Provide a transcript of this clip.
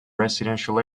residential